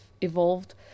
evolved